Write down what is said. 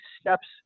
steps